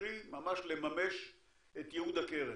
קרי ממש לממש את ייעוד הקרן.